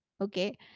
okay